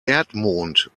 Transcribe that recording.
erdmond